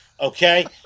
Okay